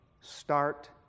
start